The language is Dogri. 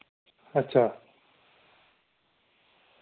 अच्छा